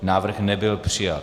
Návrh nebyl přijat.